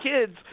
kids –